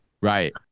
Right